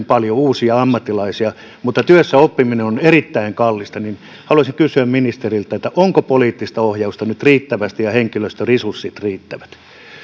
paljon uusia ammattilaisia mutta työssäoppiminen on erittäin kallista haluaisin kysyä ministeriltä onko poliittista ohjausta nyt riittävästi ja ovatko henkilöstöresurssit riittävät